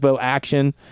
action